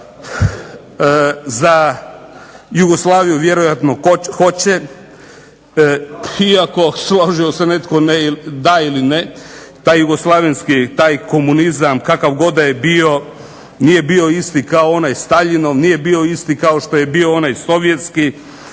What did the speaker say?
za Jugoslaviju vjerojatno hoće, iako složio se netko da ili ne, taj Jugoslavenski, taj komunizam kakav god bio nije bio isto kao onaj Staljinov, nije bio isti kao što je bio onaj Sovjetski